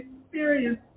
experience